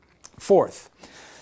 fourth